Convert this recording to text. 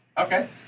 Okay